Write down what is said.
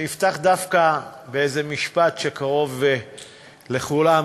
אני אפתח דווקא באיזה משפט שקרוב לכולם,